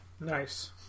Nice